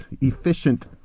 efficient